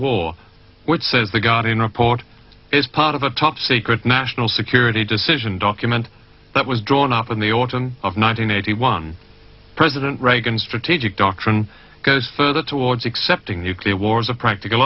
war which says the guardian report is part of a top secret national security decision document that was drawn up in the autumn of nineteen eighty one president reagan strategic doctrine goes further towards accepting nuclear war as a practical